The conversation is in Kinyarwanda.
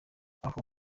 ako